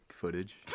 footage